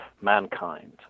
mankind